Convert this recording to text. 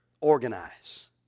Organize